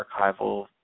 archival